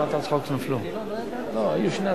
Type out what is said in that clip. הפנים, סגן ראש הממשלה, אלי ישי.